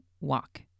walk